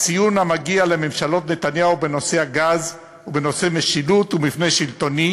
הציון המגיע לממשלות נתניהו בנושא הגז ובנושא משילות ומבנה שלטוני: